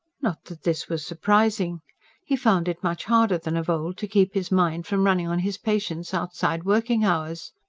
not that this was surprising he found it much harder than of old to keep his mind from running on his patients outside working-hours.